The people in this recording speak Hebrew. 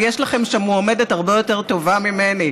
אבל יש לכם שם מועמדת הרבה יותר טובה ממני,